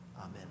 Amen